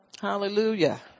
Hallelujah